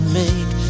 make